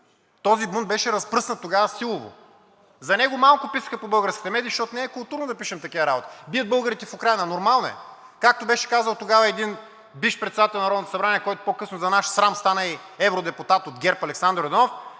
Този бунт беше разпръснат тогава силово! За него малко писаха по българските медии, защото не е културно да пишем такива работи – „Бият българите в Украйна“, нормално е! Както беше казал тогава един бивш председател на Народното събрание, който по-късно за наш срам стана и евродепутат от ГЕРБ – Александър Йорданов: